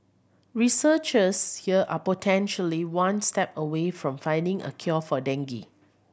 researchers here are potentially one step away from finding a cure for dengue